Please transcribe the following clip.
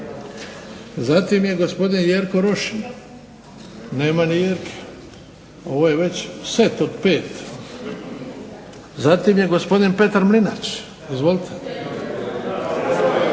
Zatim je gospodin Jerko Rošin. Nema ni Jerke. Ovo je već set od pet. Zatim je gospodin Petar Mlinarić. Izvolite.